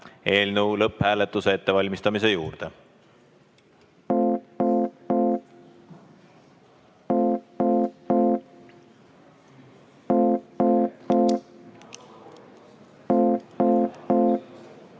eelnõu lõpphääletuse ettevalmistamise juurde. Head